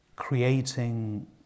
Creating